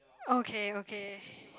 okay okay